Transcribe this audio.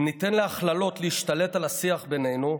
אם ניתן להכללות להשתלט על השיח בינינו,